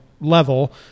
level